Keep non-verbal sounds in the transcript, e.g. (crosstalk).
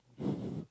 (breath)